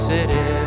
City